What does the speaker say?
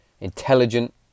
intelligent